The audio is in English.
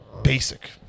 Basic